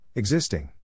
Existing